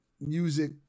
music